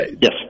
yes